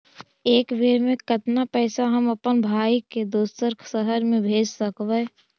एक बेर मे कतना पैसा हम अपन भाइ के दोसर शहर मे भेज सकबै?